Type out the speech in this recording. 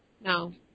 No